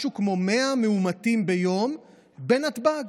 משהו כמו 100 מאומתים ביום בנתב"ג,